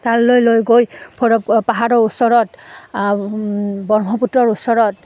তালৈ লৈ গৈ ফৰৱ পাহাৰৰ ওচৰত ব্ৰহ্মপুত্ৰৰ ওচৰত